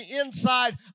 inside